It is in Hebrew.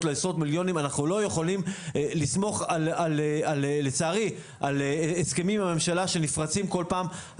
לעשרות מיליונים לסמוך לצערי על הסכמים עם הממשלה שנפרצים כל פעם.